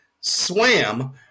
swam